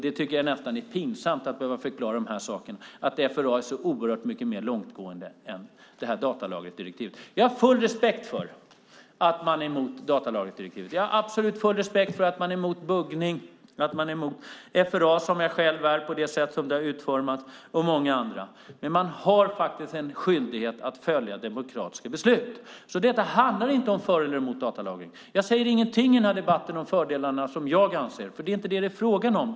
Det är nästan pinsamt att behöva förklara att FRA är så mycket mer långtgående än datalagringsdirektivet. Jag har full respekt för att man är emot datalagringsdirektivet, att man är emot buggning, att man är emot FRA, som jag själv är på det sätt som det har utformats, och mycket annat. Man har dock att en skyldighet att följa demokratiska beslut. Det handlar inte om att vara för eller emot datalagring. Jag säger inget i denna debatt om fördelarna som jag ser, för det är inte frågan om det.